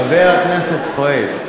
חבר הכנסת פריג',